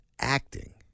acting